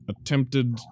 attempted